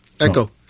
Echo